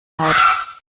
haut